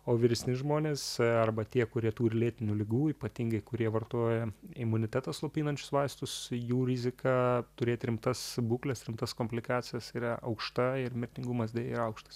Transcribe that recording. o vyresni žmonės arba tie kurie turi lėtinių ligų ypatingai kurie vartoja imunitetą slopinančius vaistus jų rizika turėti rimtas būklės rimtas komplikacijas yra aukšta ir mirtingumas deja yra aukštas